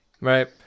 right